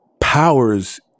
powers